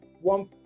one